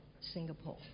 Singapore